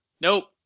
Nope